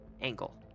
angle